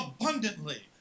abundantly